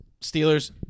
Steelers